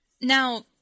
now